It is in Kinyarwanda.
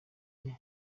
rye